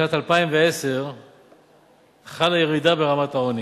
בשנת 2010 חלה ירידה ברמת העוני